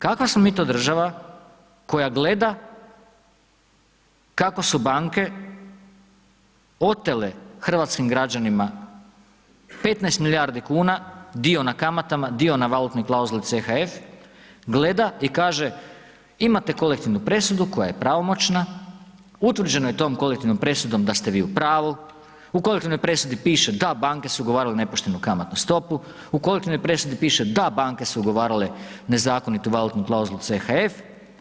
Kakva smo mi to država koja gleda kako su banke otele hrvatskim građanima 15 milijardi kuna, dio na kamatama, dio na valutnoj klauzuli CHF, gleda i kaže imate kolektivnu presudu koja je pravomoćna, utvrđeno je tom kolektivnom presudom da ste vi u pravu, u kolektivnoj presudi piše, da banke su ugovarale nepoštenu kamatnu stopu, u kolektivnoj presudi piše, da banke su ugovarale nezakonitu valutnu klauzulu CHF.